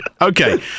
Okay